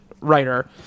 writer